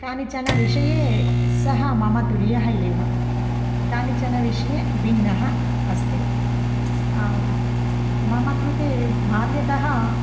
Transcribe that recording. कानिचनविषये सः मम तुल्यः एव कानिचनविषये भिन्नः अस्ति मम कृते बाल्यतः